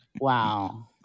Wow